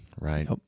right